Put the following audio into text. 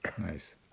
Nice